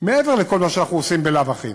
מעבר לכל מה שאנחנו עושים בלאו הכי.